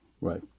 Right